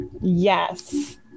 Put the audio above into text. Yes